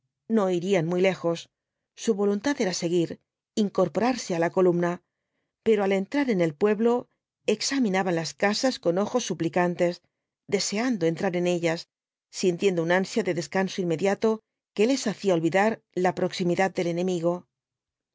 no irían muy lejos su voluntad era seguir incorporarse á la columna pero al entrar en el pueblo examinaban las casas con ojos suplicantes deseando entrar en ellas sintiendo un ansia de descanso inmediato que les hacía olvidar la proximidad del enemigo